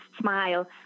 smile